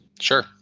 Sure